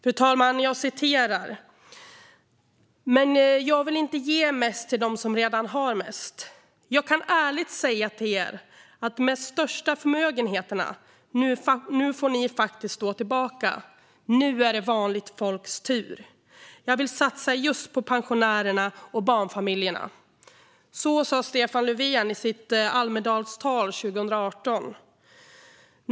Fru talman! "Men jag vill inte ge mest till de som redan har mest. Jag kan ärligt säga till er med de största förmögenheterna: Nu får ni faktiskt stå tillbaka - nu är det vanligt folks tur! Jag vill satsa just på pensionärerna och barnfamiljerna". Så sa Stefan Löfven i sitt Almedalstal 2018.